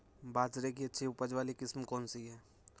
बाजरे की अच्छी उपज वाली किस्म कौनसी है?